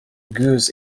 goose